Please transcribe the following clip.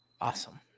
Awesome